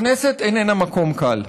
הכנסת איננה מקום קל,